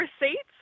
receipts